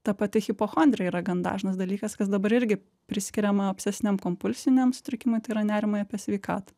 ta pati hipochondrija yra gan dažnas dalykas kas dabar irgi priskiriama obsesiniam kompulsiniam sutrikimui tai yra nerimui apie sveikatą